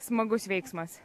smagus veiksmas